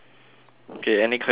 K any questions for me